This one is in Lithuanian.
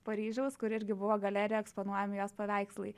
paryžiaus kur irgi buvo galerijoj eksponuojami jos paveikslai